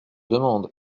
demande